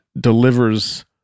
delivers